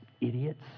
idiots